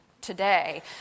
today